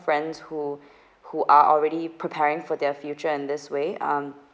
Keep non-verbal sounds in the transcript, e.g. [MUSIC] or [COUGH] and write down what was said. friends who [BREATH] who are already preparing for their future in this way um